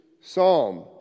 psalm